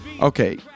Okay